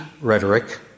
rhetoric